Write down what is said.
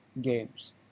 games